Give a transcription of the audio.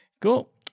cool